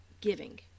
giving